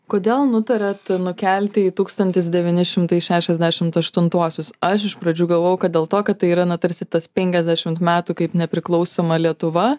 kodėl nutarėt nukelti į tūkstantis devyni šimtai šešiasdešimt aštuntuosius aš iš pradžių galvojau kad dėl to kad tai yra tarsi na tas penkiasdešimt metų kaip nepriklausoma lietuva